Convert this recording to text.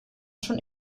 schon